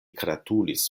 gratulis